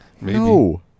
No